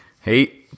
hey